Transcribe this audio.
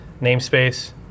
namespace